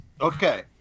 Okay